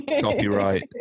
copyright